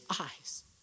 eyes